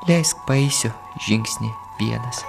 leisk paeisiu žingsnį vienas